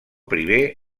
primer